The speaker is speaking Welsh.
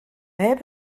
neb